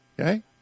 Okay